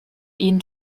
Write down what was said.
ihnen